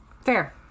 Fair